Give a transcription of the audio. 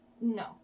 No